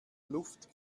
luft